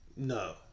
No